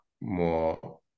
more